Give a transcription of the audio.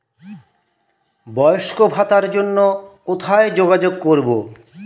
বয়স্ক ভাতার জন্য কোথায় যোগাযোগ করব?